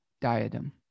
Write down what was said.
diadem